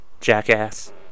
Jackass